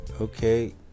okay